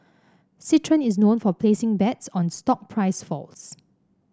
citron is known for placing bets on stock price falls